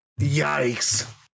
Yikes